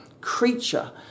creature